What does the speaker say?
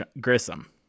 Grissom